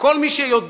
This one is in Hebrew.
כל מי שיודע,